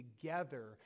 together